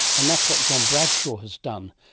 and that's what john bradshaw has done,